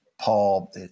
Paul